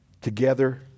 together